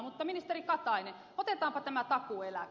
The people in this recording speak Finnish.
mutta ministeri katainen otetaanpa tämä takuueläke